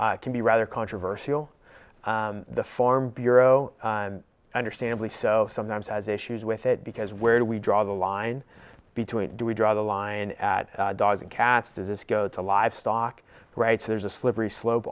can be rather controversial the farm bureau understandably so sometimes has issues with it because where do we draw the line between do we draw the line at dogs and cats does this go to livestock rights there's a slippery slope